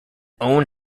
own